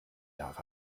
jahre